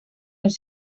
los